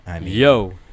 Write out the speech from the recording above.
Yo